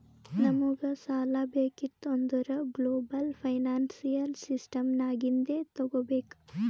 ನಮುಗ್ ಸಾಲಾ ಬೇಕಿತ್ತು ಅಂದುರ್ ಗ್ಲೋಬಲ್ ಫೈನಾನ್ಸಿಯಲ್ ಸಿಸ್ಟಮ್ ನಾಗಿಂದೆ ತಗೋಬೇಕ್